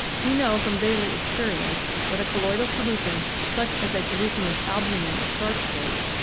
we know from daily experience that a colloidal solution such as a solution of albu min or starch paste,